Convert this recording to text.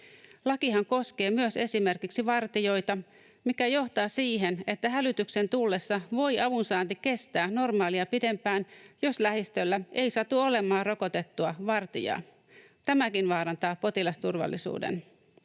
Lakihan koskee myös esimerkiksi vartijoita, mikä johtaa siihen, että hälytyksen tullessa voi avunsaanti kestää normaalia pidempään, jos lähistöllä ei satu olemaan rokotettua vartijaa. Tämäkin vaarantaa potilasturvallisuuden.